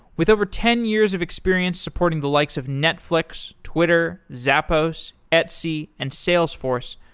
with over ten years of experience supporting the likes of netflix, twitter, zappos, etsy, and salesforce,